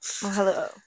hello